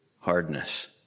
hardness